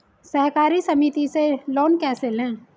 सहकारी समिति से लोन कैसे लें?